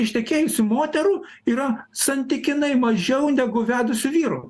ištekėjusių moterų yra santykinai mažiau negu vedusių vyrų